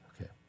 Okay